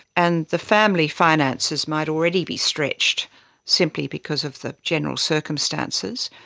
and the family finances might already be stretched simply because of the general circumstances.